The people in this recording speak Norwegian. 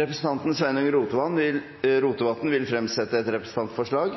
Representanten Sveinung Rotevatn vil fremsette et representantforslag.